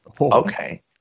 Okay